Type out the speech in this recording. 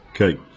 Okay